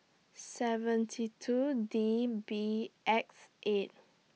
seventy two D B X eight